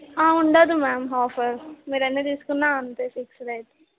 ఉండదు ma'am offer మీరు ఎన్ని తీసుకున్నా అంతే ఫిక్స్ రేట్